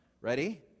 Ready